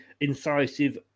incisive